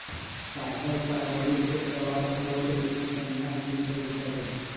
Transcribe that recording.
पाकल शाहबलूत के सवाद अखरोट जइसन्न तनका मीठ होइ छइ